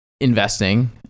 investing